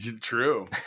true